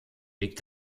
liegt